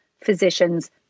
physicians